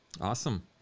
Awesome